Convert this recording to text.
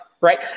right